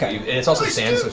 kind of and it's also sand,